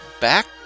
back